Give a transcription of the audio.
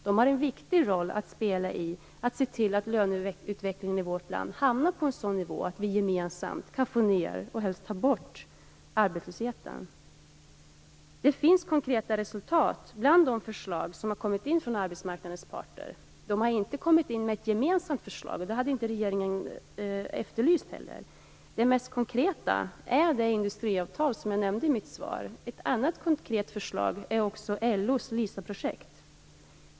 De har en viktig roll att spela när det gäller att se till att löneutvecklingen i vårt land hamnar på en sådan nivå att vi gemensamt kan få ned och, helst, få bort arbetslösheten. Det finns konkreta resultat utifrån de förslag som har kommit in från arbetsmarknadens parter. De har inte kommit in med ett gemensamt förslag; det hade inte heller regeringen efterlyst. Det mest konkreta är det industriavtal som jag nämnde i mitt svar, ett annat är LO:s LISA-projekt.